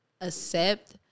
accept